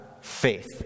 faith